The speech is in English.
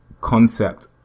concept